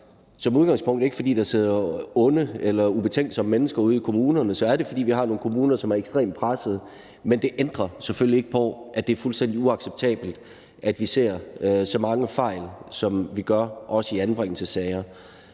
som udgangspunkt ikke, fordi der sidder onde eller ubetænksomme mennesker ude i kommunerne. Så er det, fordi vi har nogle kommuner, som er ekstremt pressede. Men det ændrer selvfølgelig ikke på, at det er fuldstændig uacceptabelt, at vi ser så mange fejl, som vi gør, også i anbringelsessager.